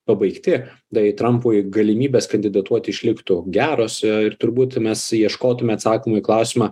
pabaigti tai trampui galimybės kandidatuoti išliktų geros ir turbūt mes ieškotume atsakymo į klausimą